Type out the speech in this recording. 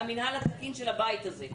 לפי המינהל התקין של הביתה זה.